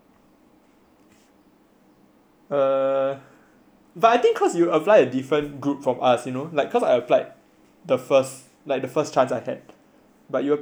uh but I think cause you applied at different group from us you know like cause I applied the first like the first chance I had but you apply this year [what] so might be different